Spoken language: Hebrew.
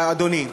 אדוני.